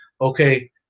okay